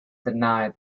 denied